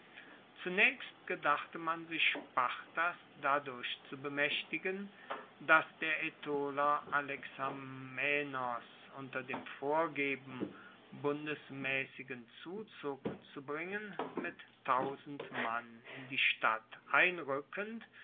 zunaechst gedachte man sich spartas dadurch zu bemaechtigen dass der aetoler alexamenos unter dem vorgeben bundesmaessigen zuzug zu bringen mit mann in die stadt einrueckend